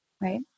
Right